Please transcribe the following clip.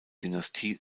dynastie